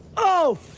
oh,